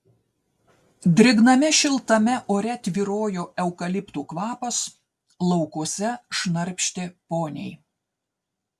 drėgname šiltame ore tvyrojo eukaliptų kvapas laukuose šnarpštė poniai